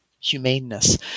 humaneness